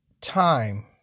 time